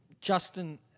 Justin